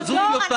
אבל זו טיוטה.